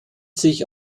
sich